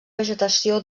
vegetació